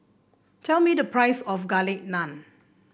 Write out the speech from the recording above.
tell me the price of Garlic Naan